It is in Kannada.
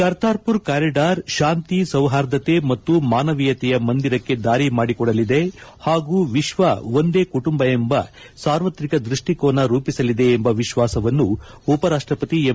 ಕರ್ತಾರ್ಮರ್ ಕಾರಿಡಾರ್ ಶಾಂತಿ ಸೌಹಾರ್ದತೆ ಮತ್ತು ಮಾನವೀಯತೆಯ ಮಂದಿರಕ್ಕೆ ದಾರಿ ಮಾಡಿಕೊಡಲಿದೆ ಹಾಗೂ ವಿಶ್ವ ಒಂದೇ ಕುಟುಂಬ ಎಂಬ ಸಾರ್ವತ್ರಿಕ ದೃಷ್ಟಿಕೋನ ರೂಪಿಸಲಿದೆ ಎಂಬ ವಿಶ್ವಾಸವನ್ನು ಉಪರಾಷ್ಟಪತಿ ಎಂ